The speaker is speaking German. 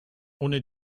ohne